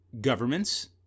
governments